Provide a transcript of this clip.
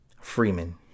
Freeman